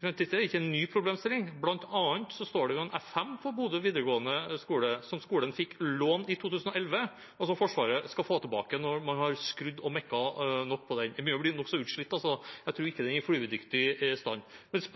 en F-5 på Bodø videregående skole som skolen fikk låne i 2011, og som Forsvaret skal få tilbake når man har skrudd og mekka nok på den. Den begynner å bli nokså utslitt, så jeg tror ikke den er i flyvedyktig stand. Jeg